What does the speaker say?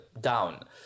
down